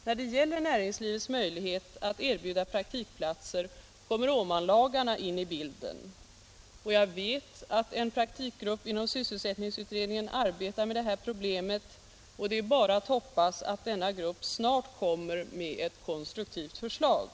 När det gäller näringslivets möjligheter att erbjuda praktikplatser kommer Åmanlagarna in i bilden. Jag vet att en praktikgrupp inom sysselsättningsutredningen arbetar med det här problemet, och det är bara att hoppas att denna grupp snart kommer med ett konstruktivt förslag.